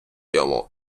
йому